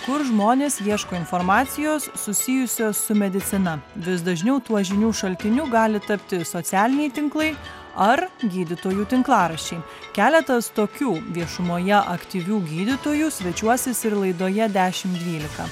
kur žmonės ieško informacijos susijusios su medicina vis dažniau tuo žinių šaltiniu gali tapti socialiniai tinklai ar gydytojų tinklaraščiai keletas tokių viešumoje aktyvių gydytojų svečiuosis ir laidoje dešimt dvylika